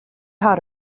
how